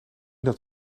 dat